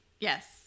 Yes